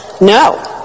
no